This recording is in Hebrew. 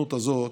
בהזדמנות הזאת,